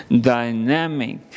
dynamic